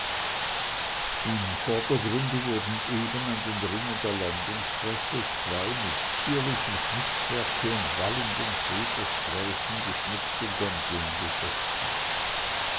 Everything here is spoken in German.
im vordergrunde wurden eben an den ringen der landungstreppe zwei mit zierlichem schnitzwerke und wallenden federsträußen geschmückte gondeln befestigt